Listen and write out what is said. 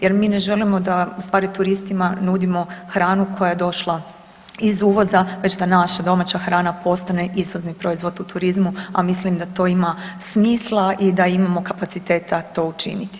Jer mi ne želimo da u stvari turistima nudimo hranu koja je došla iz uvoza, već da naša domaća hrana postane izvozni proizvod u turizmu a mislim da to ima smisla i da imamo kapaciteta to učiniti.